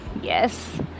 yes